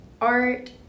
art